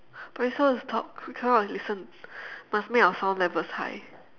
but we're supposed to talk we cannot listen must make our sound levels high